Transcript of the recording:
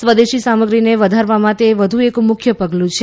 સ્વદેશી સામગ્રીને વધારવામાં તે વધુ એક મુખ્ય પગલું છે